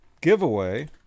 Giveaway